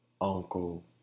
uncle